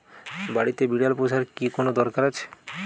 বাড়িতে বিড়াল পোষার কি কোন দরকার আছে?